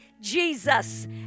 Jesus